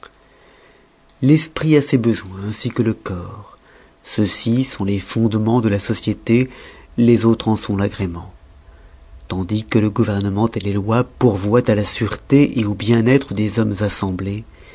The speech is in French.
l'esprit a ses besoins ainsi que le corps ceux-ci sont les fondemens de la société les autres en sont l'agrément tandis que le gouvernement les loix pourvoient à la sûreté au bien-être des hommes assemblés